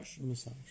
Massage